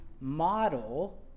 model